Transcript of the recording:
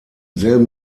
selben